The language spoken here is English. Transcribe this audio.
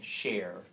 share